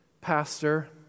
pastor